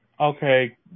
Okay